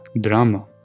drama